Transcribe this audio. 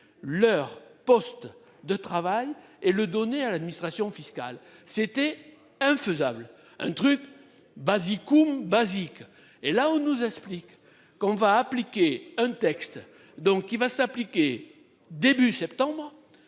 leur poste de travail et le donner à l'administration fiscale. C'était infaisable un truc basique ou basique et là on nous explique qu'on va appliquer un texte donc qui va s'appliquer début septembre.